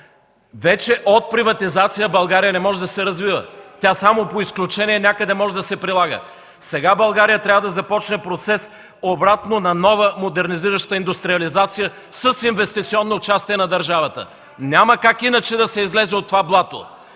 От приватизация България не може да се развива. Тя може да се прилага някъде само по изключение. Сега България трябва да започне обратен процес на нова модернизираща индустриализация с инвестиционно участие на държавата. Няма как иначе да се излезе от това блато.